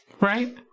Right